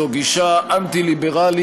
זו גישה אנטי-ליברלית,